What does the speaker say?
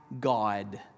God